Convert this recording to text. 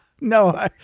No